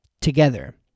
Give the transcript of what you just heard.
together